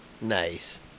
Nice